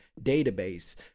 database